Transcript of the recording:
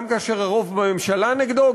גם כאשר הרוב בממשלה נגדו,